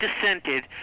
dissented